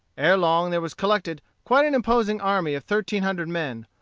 ere long there was collected quite an imposing army of thirteen hundred men,